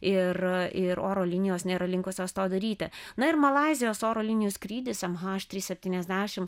ir ir oro linijos nėra linkusios to daryti na ir malaizijos oro linijų skrydis em haš trys septyniasdešim